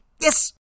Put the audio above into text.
Yes